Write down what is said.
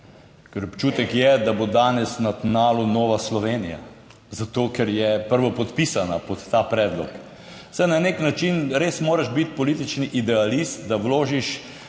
ker občutek je, da bo danes na tnalu Nova Slovenija zato, ker je prvopodpisana pod ta predlog. Saj na nek način res moraš biti politični idealist, da vložiš